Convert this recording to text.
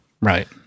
Right